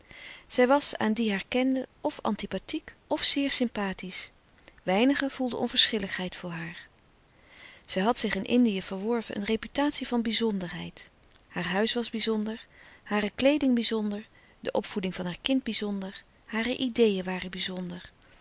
zij was aan die haar kenden of antipathiek of zeer sympathisch weinigen voelden onverschilligheid louis couperus de stille kracht voor haar zij had zich in indië verworven een reputatie van bizonderheid haar huis was bizonder hare kleeding bizonder de opvoeding van haar kind bizonder hare ideeën waren bizonder